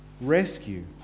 rescue